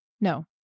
No